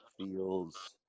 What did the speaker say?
feels